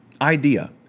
idea